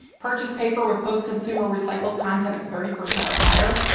purchase paper with post-consumer recycled content of thirty percent or higher,